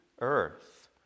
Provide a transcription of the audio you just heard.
earth